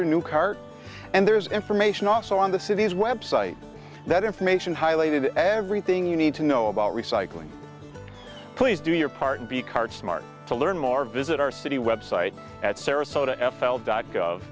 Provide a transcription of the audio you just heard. your new car and there's information also on the city's website that information highlighted everything you need to know about recycling please do your part b card smart to learn more visit our city website at sarasota f l dot gov